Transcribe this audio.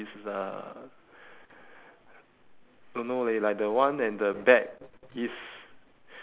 the leg which is look like very un~ not non uniform like it looks like it's a